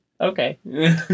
Okay